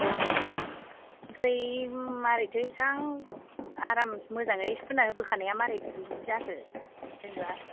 औ आमफ्राय मारैथो एसां आराम मोजाङै सुना होबोखानाया मारै बिदि जाखो जेन'बा